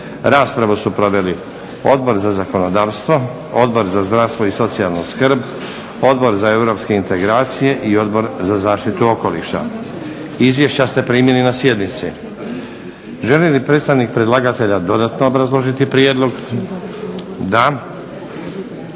Raspravu su proveli Odbor za zakonodavstvo, Odbor za zdravstvo i socijalnu skrb, Odbor za europske integracije i Odbor za zaštitu okoliša. Izvješća ste primili na sjednici. Želi li predstavnik predlagatelja dodatno obrazložiti prijedlog? Da.